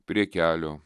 prie kelio